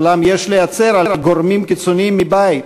אולם יש להצר על גורמים קיצוניים מבית,